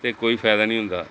ਅਤੇ ਕੋਈ ਫਾਇਦਾ ਨਹੀਂ ਹੁੰਦਾ